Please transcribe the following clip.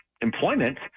employment